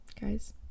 guys